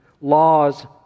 Laws